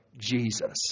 Jesus